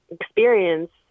experience